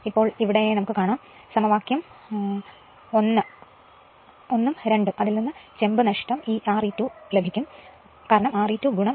ഇപ്പോൾ ഒന്നും രണ്ടും സമവാക്യത്തിൽ നിന്നും ചെമ്പ് നഷ്ടം Re2 ലഭിക്കും എന്ത് കൊണ്ടെന്നാൽ Re2 I2 2 ആണ്